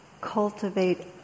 cultivate